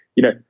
you know,